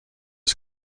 his